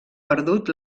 perdut